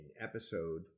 episode